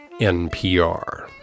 NPR